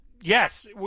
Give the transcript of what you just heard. yes